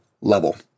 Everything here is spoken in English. level